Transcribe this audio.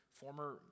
former